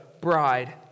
bride